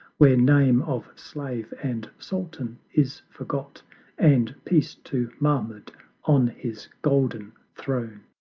where name of slave and sultan is forgot and peace to mahmud on his golden throne!